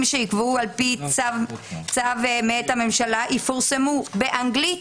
שיקבעו על ידי צו מאת הממשלה יפורסמו באנגלית,